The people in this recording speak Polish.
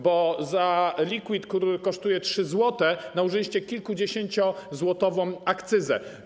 Bo na liquid, który kosztuje 3 zł, nałożyliście kilkudziesięciozłotową akcyzę.